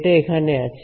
এটা এখানে আছে